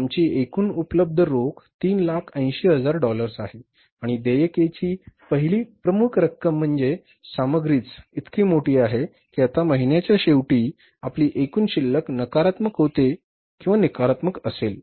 आमची एकूण उपलब्ध रोख 380000 डॉलर्स आहे आणि देयकेची पहिली प्रमुख रक्कम म्हणजे सामग्रीच इतकी मोठी आहे की आता महिन्याच्या शेवटी आपली एकूण शिल्लक नकारात्मक होते किंवा नकारात्मक असेल